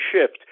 shift